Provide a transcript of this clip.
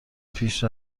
پیش